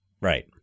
right